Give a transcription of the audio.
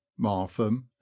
Martham